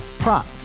Prop